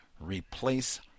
replace